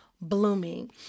blooming